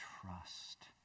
trust